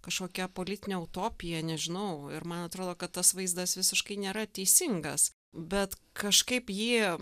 kažkokia politinė utopija nežinau ir man atrodo kad tas vaizdas visiškai nėra teisingas bet kažkaip jį